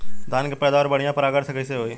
धान की पैदावार बढ़िया परागण से कईसे होई?